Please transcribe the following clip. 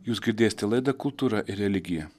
jūs girdėste laidą kultūra ir religija